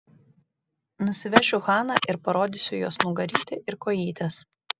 nusivešiu haną ir parodysiu jos nugarytę ir kojytes